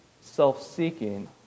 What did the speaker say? self-seeking